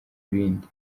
ibindi